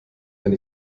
wenn